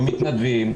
עם מתנדבים,